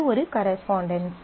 இது ஒரு கரெஸ்பாண்டென்ஸ்